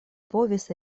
povis